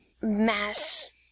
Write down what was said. mass